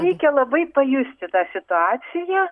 reikia labai pajusti tą situaciją